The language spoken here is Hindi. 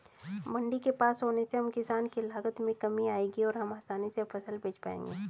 मंडी के पास होने से हम किसान की लागत में कमी आएगी और हम आसानी से फसल बेच पाएंगे